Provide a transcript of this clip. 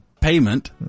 payment